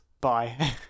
Bye